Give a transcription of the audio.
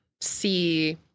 see